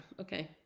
Okay